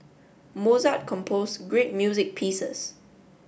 Mozart composed great music pieces